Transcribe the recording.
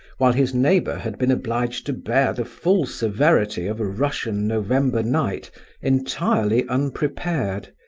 while his neighbour had been obliged to bear the full severity of a russian november night entirely unprepared.